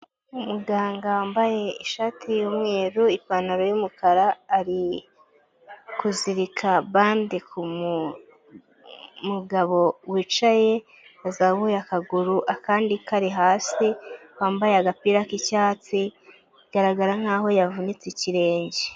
Umuganga wambaye ishati y'umweru ipantaro y'umukara ari kuzirika bandi ku mugabo wicaye, azabuye akaguru akandi kari hasi, wambaye agapira k'icyatsi igaragara nkaho yavunitse ikirenge.